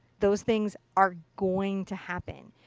those things are going to happen.